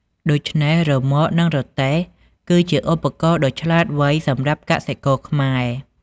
ដូច្នេះ រ៉ឺម៉កនឹងរទេះ គឺជាឧបករណ៍ដ៏ឆ្លាតវៃសម្រាប់កសិករខ្មែរ។